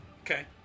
Okay